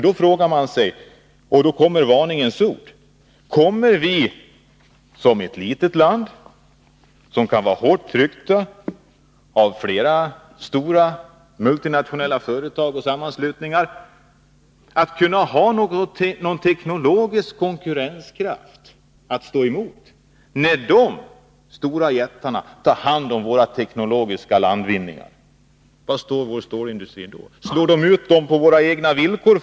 Då frågar man sig: Kommer Sverige som ett litet land, som kan bli hårt trängt av flera stora multinationella företag och sammanslutningar, att ha någon teknologisk konkurrenskraft? När de stora jättarna tar hand om våra teknologiska landvinningar — ta detta som ett varningens ord — var står då vår stålindustri?